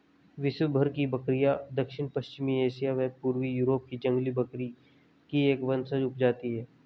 विश्वभर की बकरियाँ दक्षिण पश्चिमी एशिया व पूर्वी यूरोप की जंगली बकरी की एक वंशज उपजाति है